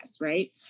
right